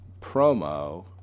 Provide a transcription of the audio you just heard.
promo